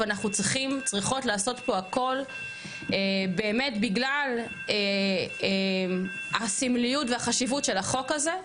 ואנחנו צריכים לעשות פה הכל באמת בגלל הסמליות והחשיבות של החוק הזה,